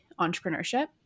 entrepreneurship